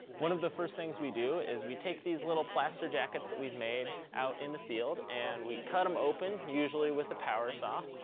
one of the first things we do is we take these little plaster jackets that we've made out in the field and we cut them open usually with a power saw.